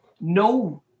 no